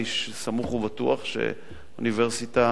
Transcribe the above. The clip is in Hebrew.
אני סמוך ובטוח שהאוניברסיטה